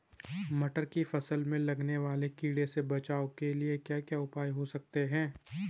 मटर की फसल में लगने वाले कीड़ों से बचाव के क्या क्या उपाय हो सकते हैं?